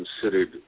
considered